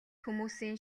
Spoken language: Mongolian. хүмүүсийн